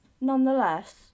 nonetheless